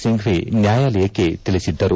ಸಿಂಘ್ಲಿ ನ್ಯಾಯಾಲಯಕ್ಕೆ ತಿಳಿಸಿದ್ದರು